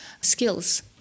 skills